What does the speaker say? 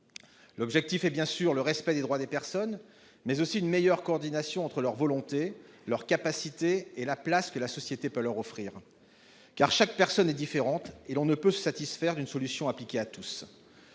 L'objectif est, bien sûr, le respect des droits des personnes, mais aussi une meilleure coordination entre leurs volontés, leurs capacités et la place que la société peut leur offrir. Car chaque personne est différente et l'on ne peut se satisfaire d'une solution appliquée à tous.